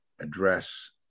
address